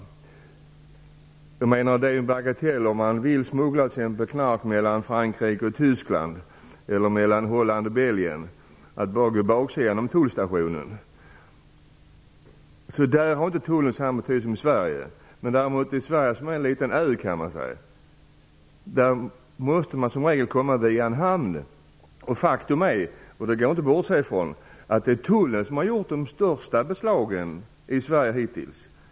Om man t.ex. vill smuggla knark mellan Frankrike och Tyskland eller mellan Holland och Belgien är det en bagatell. Man kan bara gå på baksidan av tullstationen. Där har tuIlen alltså inte samma betydelse som i Sverige. Till Sverige - som är som en liten ö måste man som regel komma via en hamn. Faktum är - det går inte att bortse ifrån att det är tuIlen som har gjort de största beslagen i Sverige hittills.